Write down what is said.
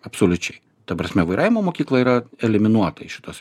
absoliučiai ta prasme vairavimo mokykla yra eliminuota iš šitos